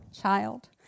child